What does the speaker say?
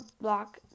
block